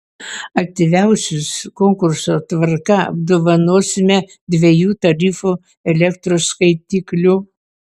aktyviausius konkurso tvarka apdovanosime dviejų tarifų elektros skaitikliu